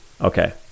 Okay